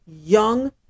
young